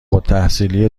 التحصیلی